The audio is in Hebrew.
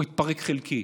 או התפרק חלקית.